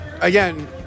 again